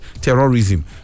terrorism